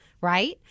Right